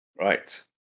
Right